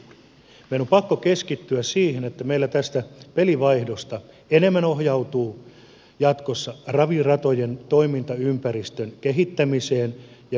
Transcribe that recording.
meidän on pakko keskittyä siihen että meillä tästä pelivaihdosta enemmän ohjautuu jatkossa raviratojen toimintaympäristön kehittämiseen ja nykyaikaistamiseen